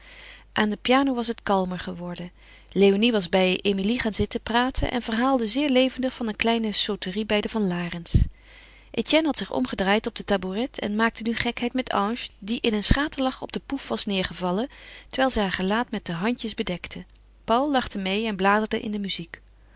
aan de piano was het kalmer geworden léonie was bij emilie gaan zitten praten en verhaalde zeer levendig van een kleine sauterie bij de van larens etienne had zich omgedraaid op den tabouret en maakte nu gekheid met ange die in een schaterlach op den pouffe was neêrgevallen terwijl zij haar gelaat met de handjes bedekte paul lachte meê en bladerde in de muziek